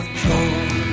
joy